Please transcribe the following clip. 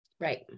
Right